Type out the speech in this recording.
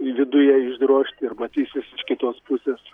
viduje išdrožti ir matysis kitos pusės